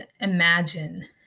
imagine